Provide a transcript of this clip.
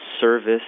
service